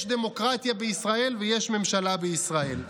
יש דמוקרטיה בישראל ויש ממשלה בישראל.